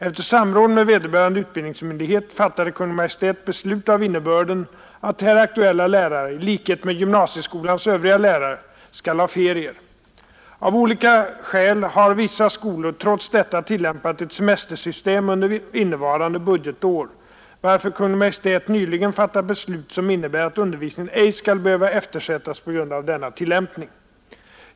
Efter samråd med vederbörande utbildningsmyndighet fattade Kungl. Maj:t beslut av innebörden att här aktuella lärare — i likhet med gymnasieskolans övriga lärare — skall ha ferier. Av olika skäl har vissa skolor trots detta tillämpat ett semestersystem under innevarande budgetår, varför Kungl. Maj:t nyligen fattat beslut som innebär att undervisningen ej skall behöva eftersättas på grund av denna tillämpning.